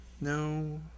No